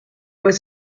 was